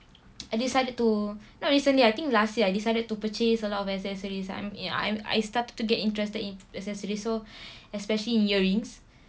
I decided to not recently I think last year I decided to purchase a lot of accessories I'm in I'm I started to get interested in accessories so especially in earrings